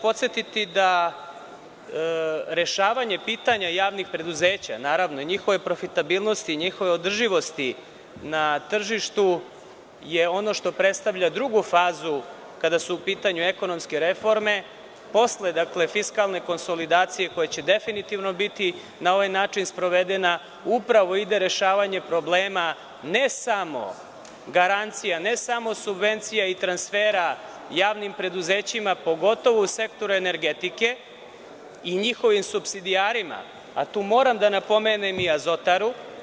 Podsetiću da rešavanje pitanja javnih preduzeća i njihove profitabilnosti, njihove održivosti na tržištu je ono što predstavlja drugu fazu kada su u pitanju ekonomske reforme, posle fiskalne konsolidacije koje će definitivno biti na ovaj način sprovedena, upravo ide rešavanje problema ne samo garancija, ne samo subvencija i transfera javnim preduzećima, pogotovu u sektoru energetike i njihovim supsidijarima, tu moram da napomenem i Azotaru.